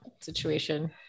situation